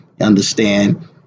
understand